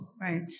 Right